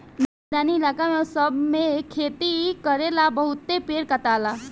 मैदानी इलाका सब मे खेती करेला बहुते पेड़ कटाला